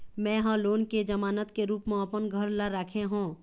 में ह लोन के जमानत के रूप म अपन घर ला राखे हों